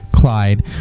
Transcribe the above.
Clyde